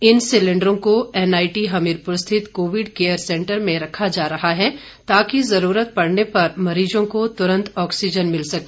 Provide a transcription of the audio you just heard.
इन सिलेंडरों को एनआईटी हमीरपुर स्थित कोविड केयर सेंटर में रखा जा रहा है ताकि जरूरत पड़ने पर मरीजों को तुरंत ऑक्सीजन मिल सके